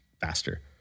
faster